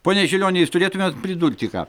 pone žilioni jūs turėtumėt pridurti ką